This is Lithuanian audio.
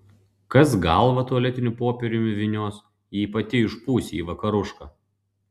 kas galvą tualetiniu popieriumi vynios jei pati išpūsi į vakarušką